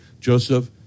Joseph